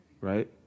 right